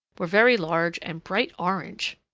were very large and bright orange.